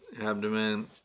abdomen